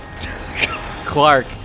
Clark